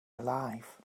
alive